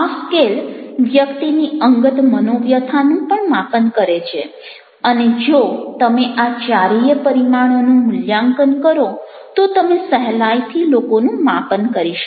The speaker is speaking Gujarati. આ સ્કેલ વ્યક્તિની અંગત મનોવ્યથાનું પણ માપન કરે છે અને જો તમે આ ચારેય પરિમાણોનું મૂલ્યાંકન કરો તો તમે સહેલાઈથી લોકોનું માપન કરી શકો